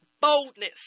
boldness